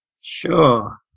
Sure